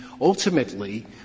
ultimately